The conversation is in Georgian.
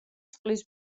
წყლის